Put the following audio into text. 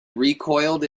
recoiled